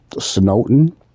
Snowden